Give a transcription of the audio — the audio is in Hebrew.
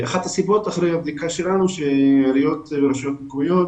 ראשית, אנחנו בדקנו וראינו שרשויות מקומיות